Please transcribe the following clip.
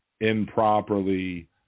improperly